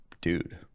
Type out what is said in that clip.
dude